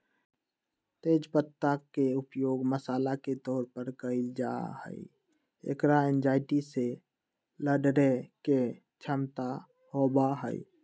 तेज पत्ता के उपयोग मसाला के तौर पर कइल जाहई, एकरा एंजायटी से लडड़े के क्षमता होबा हई